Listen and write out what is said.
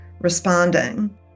responding